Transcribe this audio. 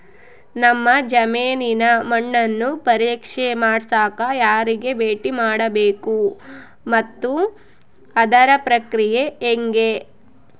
ನಮ್ಮ ಜಮೇನಿನ ಮಣ್ಣನ್ನು ಪರೇಕ್ಷೆ ಮಾಡ್ಸಕ ಯಾರಿಗೆ ಭೇಟಿ ಮಾಡಬೇಕು ಮತ್ತು ಅದರ ಪ್ರಕ್ರಿಯೆ ಹೆಂಗೆ?